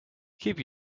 keep